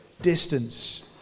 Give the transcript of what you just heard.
distance